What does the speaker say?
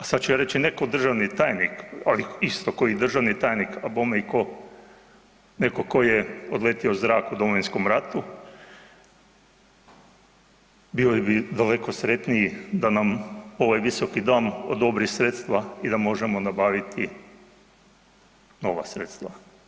A sad ću ja reći ne ko državni tajnik, ali isto ko i državni tajnik a bome i ko neko ko je odletio u zrak u Domovinskom ratu, bili bi daleko sretniji da nam ovaj Visoki dom odobri sredstva i da možemo nabaviti nova sredstva.